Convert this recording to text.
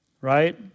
right